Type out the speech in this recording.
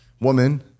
woman